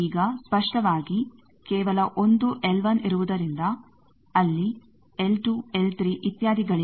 ಈಗ ಸ್ಪಷ್ಟವಾಗಿ ಕೇವಲ ಒಂದು L ಇರುವುದರಿಂದ ಅಲ್ಲಿ L L ಇತ್ಯಾದಿಗಳಿಲ್ಲ